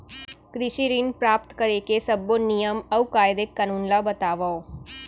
कृषि ऋण प्राप्त करेके सब्बो नियम अऊ कायदे कानून ला बतावव?